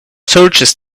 soldiers